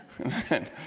Amen